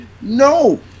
No